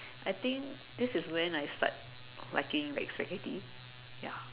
I think this is when I start liking like Spaghetti ya